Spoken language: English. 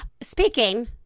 Speaking